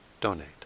donate